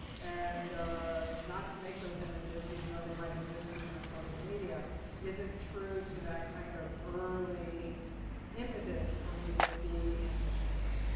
and not to make those images even though they might exist within social media isn't true to that kind of early impetus for me to be an image maker.